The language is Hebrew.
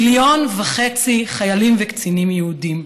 מיליון וחצי חיילים וקצינים יהודים,